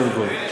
קודם כול,